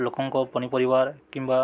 ଲୋକଙ୍କ ପନିପରିବାର କିମ୍ବା